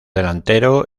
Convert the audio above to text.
delantero